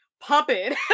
pumping